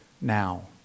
now